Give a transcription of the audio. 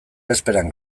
bezperan